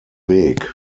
weg